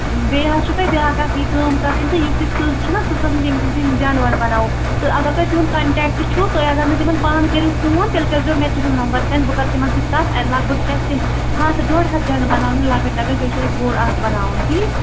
بیٚیہِ حظ چھُو تۄہہِ بیاکھ اَکھ یہِ کٲم کَرٕنۍ تہٕ یُس یہِ سٕژ چھُنا سٕژٚس ییٚمِس نِش یِم جَنڈٕ وَنڈٕ بناوو تہٕ اگر تۄہہِ تُہند کَنٹیکٹ چھُو تۄہہِ اگر نہٕ تِمن مانہٕ کٔرِو فون تیلہِ کٔرۍ زیو مےٚ تُہند نَمبر سینڈ بہٕ کَرٕ تِمن سۭتۍ کَتھ اے لگ بگ چھِ اَسہِ یِم ہَتھ ڈۄڈ ہَتھ جَنڈٕ بناوٕنۍ لَکٕٹۍ لَکٕٹۍ بیٚیہِ چھُ اَسہِ بوٚڑ اَکھ بناوُن ٹھیٖک